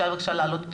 אני כאן.